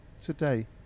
today